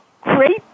great